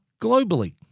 globally